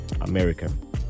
american